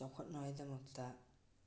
ꯆꯥꯎꯈꯠꯅꯉꯥꯏꯗꯃꯛꯇ